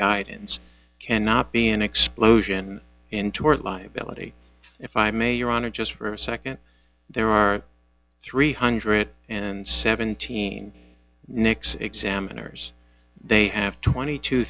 guidance cannot be an explosion in tort liability if i may your honor just for a nd there are three hundred and seventeen nics examiners they have twenty two